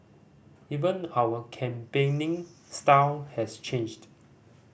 even our campaigning style has changed